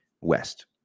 West